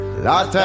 La